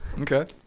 okay